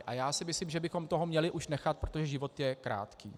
A já si myslím, že bychom už toho měli nechat, protože život je krátký.